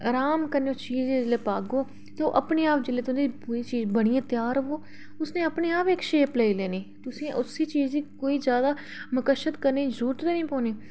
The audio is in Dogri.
रहाम कन्नै जेल्लै उस चीज गी पागेओ ते ओह् अपने आप जेल्लै तुं'दी कोई चीज बनियै त्यार होवो उसने अपने आप इक शेप लेई लैनी तुसें उसी चीज़ गी कोई जादा मशक्कत करने दी कोई जरूरत गै निं पौनी